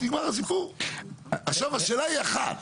ונגמר הסיפור עכשיו השאלה היא אחת,